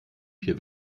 vier